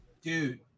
Dude